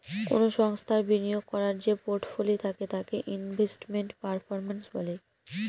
কোনো সংস্থার বিনিয়োগ করার যে পোর্টফোলি থাকে তাকে ইনভেস্টমেন্ট পারফরম্যান্স বলে